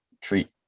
treat